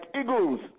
eagles